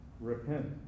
repent